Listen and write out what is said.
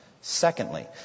Secondly